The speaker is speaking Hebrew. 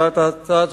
העלתה את ההצעה הזו,